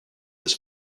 his